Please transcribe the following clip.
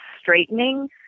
straightening